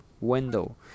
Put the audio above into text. window